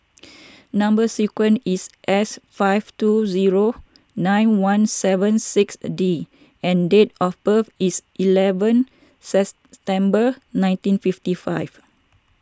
Number Sequence is S five two zero nine one seven six the D and date of birth is eleven September nineteen fifty five